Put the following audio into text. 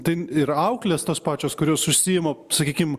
tai ir auklės tos pačios kurios užsiima sakykim